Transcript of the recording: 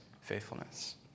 faithfulness